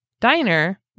diner